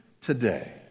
today